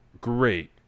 great